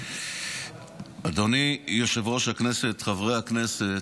אדוני יושב-ראש הכנסת, חברי הכנסת,